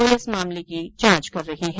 police मामले की जांच कर रही है